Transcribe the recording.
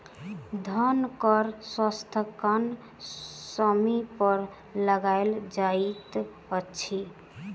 धन कर संस्थानक स्वामी पर लगायल जाइत अछि